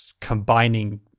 combining